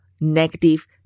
negative